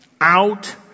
out